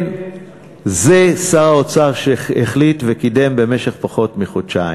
כן, זה שר האוצר שהחליט וקידם במשך פחות מחודשיים.